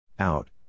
Out